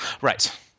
Right